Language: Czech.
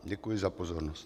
Děkuji za pozornost.